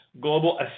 Global